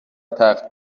تخت